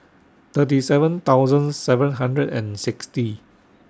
thirty seven thousand seven hundred and sixty